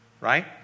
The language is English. right